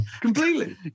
completely